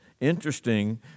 Interesting